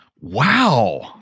Wow